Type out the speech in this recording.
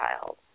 child